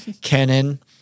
Canon